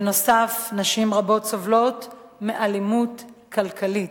ובנוסף, נשים רבות סובלות מאלימות כלכלית,